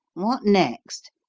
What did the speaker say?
what next?